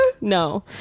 No